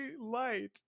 light